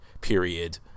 period